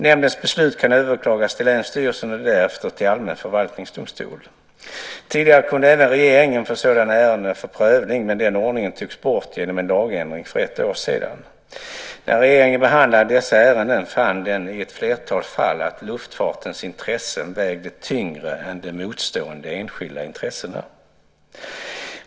Nämndens beslut kan överklagas till länsstyrelsen och därefter till allmän förvaltningsdomstol. Tidigare kunde även regeringen få sådana ärenden för prövning men den ordningen togs bort genom en lagändring för ett år sedan. När regeringen behandlade dessa ärenden fann den i ett flertal fall att luftfartens intressen vägde tyngre än de motstående enskilda intressena.